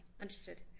Understood